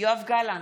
יואב גלנט,